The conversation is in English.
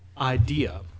idea